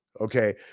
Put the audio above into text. Okay